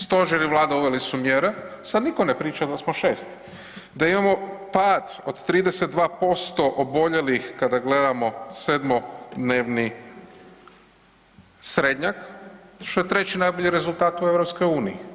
Stožer i Vlada uveli su mjere, sad nitko ne priča da smo šesti, da imamo pad od 32% oboljelih kada gledamo sedmodnevni srednjak što je treći najbolji rezultat u EU.